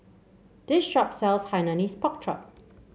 this shop sells Hainanese Pork Chop